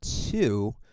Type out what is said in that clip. two